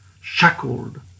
shackled